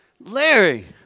Larry